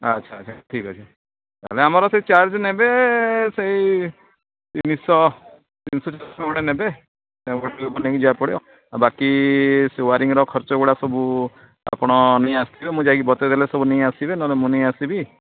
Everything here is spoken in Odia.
ଆଚ୍ଛା ଆଚ୍ଛା ଠିକ୍ ଅଛି ତା'ହେଲେ ଆମର ସେଇ ଚାର୍ଜ୍ ନେବେ ସେଇ ତିନିଶହ ତିନିଶହ ଚାରିଶହ ଗୋଟେ ନେବେ ଯାହା ହଉ ଲୋକ ଲୋକ ନେଇକି ଯିବାକୁ ପଡ଼ିବ ଆଉ ବାକି ସେ ଓୟାରିଙ୍ଗ୍ର ଖର୍ଚ୍ଚ ଗୁଡ଼ା ସବୁ ଆପଣ ନେଇ ଆସିଥିବେ ମୁଁ ଯାଇକି ବତେଇଦେଲେ ସବୁ ନେଇଆସିବେ ନେହେଲେ ମୁଁ ନେଇ ଆସିବି